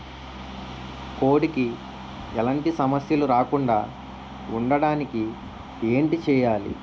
కోడి కి ఎలాంటి సమస్యలు రాకుండ ఉండడానికి ఏంటి చెయాలి?